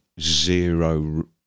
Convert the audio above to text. zero